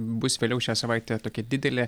bus vėliau šią savaitę tokia didelė